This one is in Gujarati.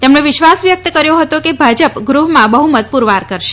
તેમણે વિશ્વાસ વ્યક્ત કર્યો હતો કે ભાજપ ગૃહમાં બહુમત પુરવાર કરશે